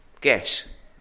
Guess